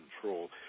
Control